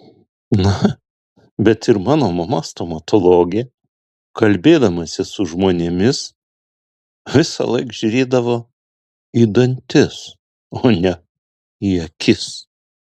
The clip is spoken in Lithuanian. na bet ir mano mama stomatologė kalbėdamasi su žmonėmis visąlaik žiūrėdavo į dantis o ne į akis